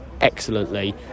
excellently